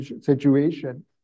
situation